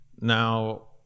Now